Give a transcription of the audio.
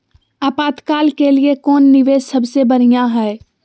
आपातकाल के लिए कौन निवेस सबसे बढ़िया है?